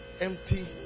empty